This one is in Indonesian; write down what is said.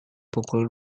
pukul